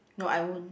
no I won't